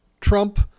Trump